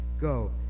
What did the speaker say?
Go